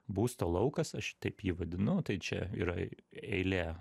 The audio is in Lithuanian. būsto laukas aš taip jį vadinu tai čia yra eilė